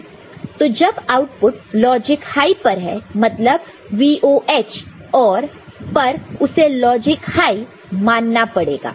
तो जब output logic high पर है मतलब VOH और पर उसे लॉजिक हाई मानना पड़ेगा